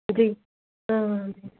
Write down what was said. जी